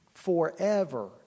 Forever